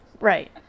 right